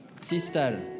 sister